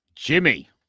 Jimmy